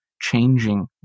changing